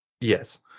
yes